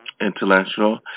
intellectual